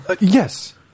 Yes